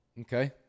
Okay